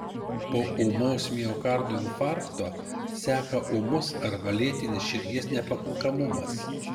po ūmaus miokardo infarkto seka ūmus arba lėtinis širdies nepakankamumas